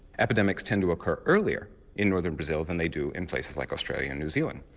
epidemics tend to occur earlier in northern brazil than they do in places like australia and new zealand.